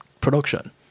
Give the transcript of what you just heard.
production